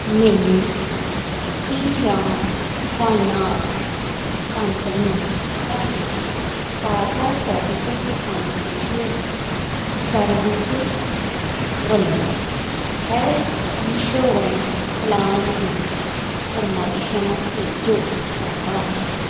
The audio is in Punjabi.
ਮੈਨੂੰ ਸ਼੍ਰੀ ਰਾਮ ਫਾਇਨਾਂਸ ਕੰਪਨੀ ਅਤੇ ਟਾਟਾ ਕੈਪੀਟਲ ਫਾਈਨੈਂਸ਼ੀਅਲ ਸਰਵਿਸਿਜ਼ ਵੱਲੋਂ ਹੈੱਲਥ ਇੰਸੂਰੈਂਸ ਪਲਾਨ ਦੀ ਫਰਮਾਇਸ਼ਾਂ ਭੇਜੋ